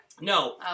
No